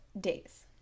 days